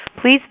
please